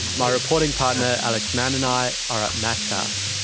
my reporting partner alex mann and i are at matt's house.